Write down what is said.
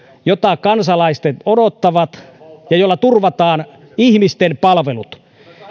joita kansalaiset odottavat ja jolla turvataan ihmisten palvelut